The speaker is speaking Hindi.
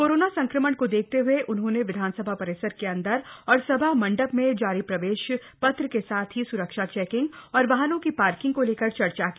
कोरोना संक्रमण को दख्यत हए उन्होंन विधानसभा परिसर का अंदर और सभा मंडप में जारी प्रवक्ष पत्र का साथ ही सुरक्षा चैकिंग और वाहनों की पार्किंग को लक्कर चर्चा की